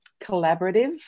collaborative